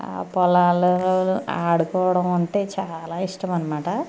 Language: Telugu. ఆ పొలాలలో ఆడుకోవడం అంటే చాలా ఇష్టం అన్నమాట